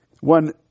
One